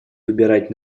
выбирать